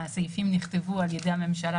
הסעיפים נכתבו על ידי הממשלה